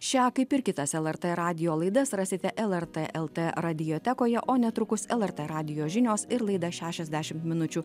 šią kaip ir kitas lrt radijo laidas rasite lrt l radiotekoje o netrukus lrt radijo žinios ir laida šešiasdešim minučių